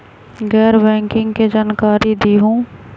गैर बैंकिंग के जानकारी दिहूँ?